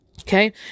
okay